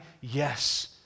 Yes